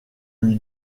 lui